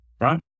right